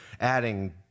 adding